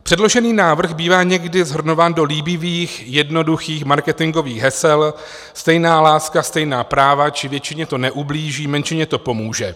Předložený návrh bývá někdy shrnován do líbivých, jednoduchých marketingových hesel: stejná láska, stejná práva či většině to neublíží, menšině to pomůže.